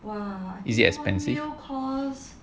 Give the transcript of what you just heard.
is it expensive